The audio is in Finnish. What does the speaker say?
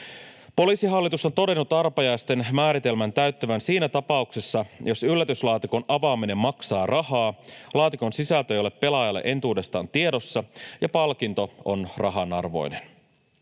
Poliisihallitus on todennut arpajaisten määritelmän täyttyvän siinä tapauksessa, jos yllätyslaatikon avaaminen maksaa rahaa, laatikon sisältö ei ole pelaajalle entuudestaan tiedossa ja palkinto on rahanarvoinen.